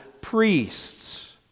priests